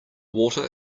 water